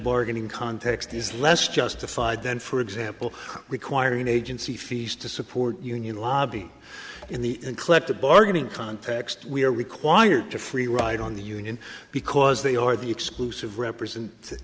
bargaining context is less justified than for example requiring agency fees to support union lobby in the collective bargaining context we are required to free ride on the union because they are the exclusive represent